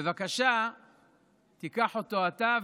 בבקשה תיקח אותו אתה,